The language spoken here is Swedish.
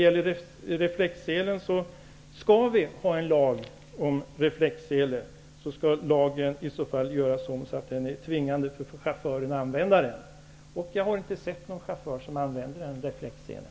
Om vi skall ha en lag om reflexsele skall den utformas så att chauffören tvingas använda en sådan sele. Jag har inte sett någon chaufför som använder en reflexsele.